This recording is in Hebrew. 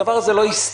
הדבר הזה לא יסתיים.